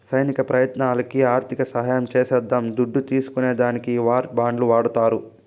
సైనిక ప్రయత్నాలకి ఆర్థిక సహాయం చేసేద్దాం దుడ్డు తీస్కునే దానికి ఈ వార్ బాండ్లు వాడతారు